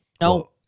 no